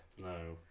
No